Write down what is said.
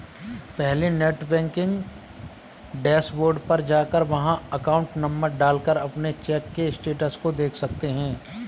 पहले net banking dashboard पर जाकर वहाँ अकाउंट नंबर डाल कर अपने चेक के स्टेटस को देख सकते है